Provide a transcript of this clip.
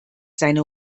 seine